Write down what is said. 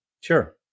Sure